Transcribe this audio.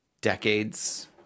decades